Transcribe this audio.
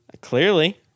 Clearly